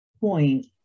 point